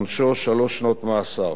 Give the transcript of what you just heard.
עונשו שלוש שנות מאסר.